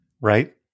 Right